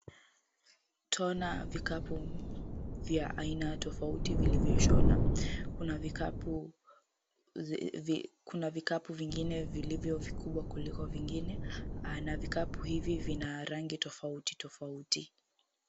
Twaona vikapu vya aina tofauti vilivyoshona. Kuna vikapu vingine vilivyo vikubwa kuliko vingine na vikapu hivi vina rangi tofauti tofauti.